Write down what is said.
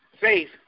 faith